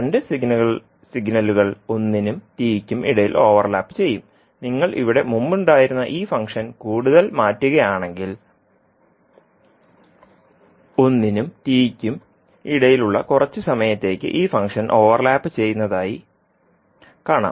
രണ്ട് സിഗ്നലുകൾ 1 നും t യ്ക്കും ഇടയിൽ ഓവർലാപ്പ് ചെയ്യും നിങ്ങൾ ഇവിടെ മുമ്പുണ്ടായിരുന്ന ഈ ഫംഗ്ഷൻ കൂടുതൽ മാറ്റുകയാണെങ്കിൽ 1 നും tയ്ക്കും ഇടയിലുള്ള കുറച്ച് സമയത്തേക്ക് ഈ ഫംഗ്ഷൻ ഓവർലാപ്പ് ചെയ്യുന്നതായി കാണാം